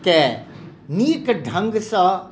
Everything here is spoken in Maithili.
केँ नीक ढङ्गसँ